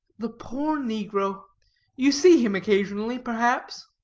the poor negro you see him occasionally, perhaps?